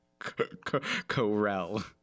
Corel